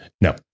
No